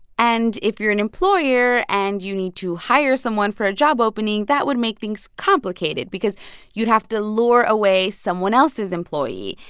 and if you're an employer and you need to hire someone for a job opening, that would make things complicated because you'd have to lure away someone else's employee.